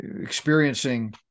experiencing